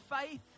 faith